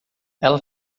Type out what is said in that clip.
ela